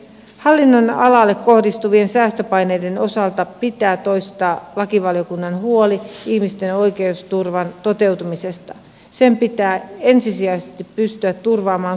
hallinnonalalle kohdistuvien säästöpaineiden osalta pitää toistaa lakivaliokunnan huoli ihmisten oikeusturvan toteutumisesta sen pitää ensisijaisesti pystyä turvaamaan